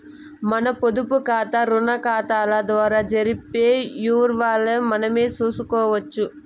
మన పొదుపుకాతా, రుణాకతాల ద్వారా జరిపే యవ్వారాల్ని మనమే సూసుకోవచ్చు